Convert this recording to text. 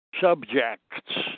subjects